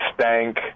stank